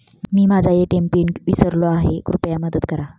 मी माझा ATM PIN विसरलो आहे, कृपया मदत करा